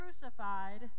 crucified